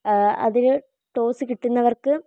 അതിൽ ടോസ്സ് കിട്ടുന്നവർക്ക്